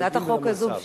הצעת החוק הזאת,